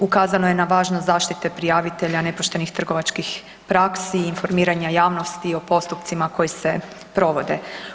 Ukazano je na važnost zaštite prijavitelja nepoštenih trgovačkih praksi i informiranja javnosti o postupcima koji se provode.